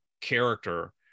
character